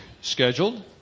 scheduled